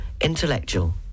intellectual